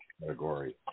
category